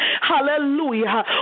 hallelujah